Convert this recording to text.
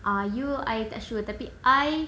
ah you I tak sure tapi I